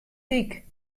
dyk